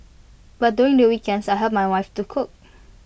but during the weekends I help my wife to cook